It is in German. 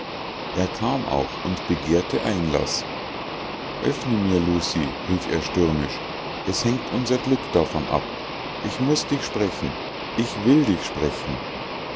er kam auch und begehrte einlaß oeffne mir lucie rief er stürmisch es hängt unser glück davon ab ich muß dich sprechen ich will dich sprechen